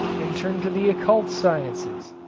and turn to the occult sciences!